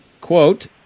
quote